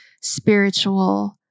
spiritual